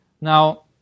Now